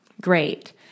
Great